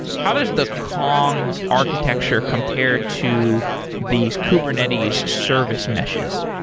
how does the kong architecture compare to these kubernetes service meshes?